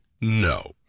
no